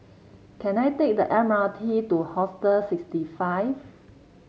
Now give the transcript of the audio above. can I take the M R T to Hostel sixty five